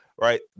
right